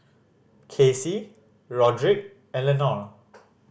Kacey Rodrick and Lenore